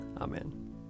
Amen